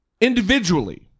individually